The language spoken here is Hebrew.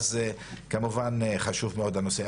אז כמובן, חשוב מאוד הנושא.